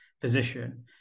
position